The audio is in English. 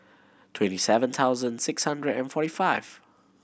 twenty seven thousand six hundred and forty five